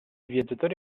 viaggiatori